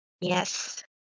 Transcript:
Yes